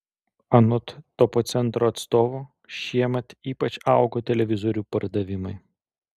anot topo centro atstovo šiemet ypač augo televizorių pardavimai